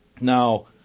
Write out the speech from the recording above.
Now